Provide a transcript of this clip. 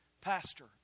pastor